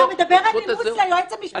אתה מדבר על נימוס ליועץ המשפטי של הוועדה?